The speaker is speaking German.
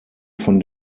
von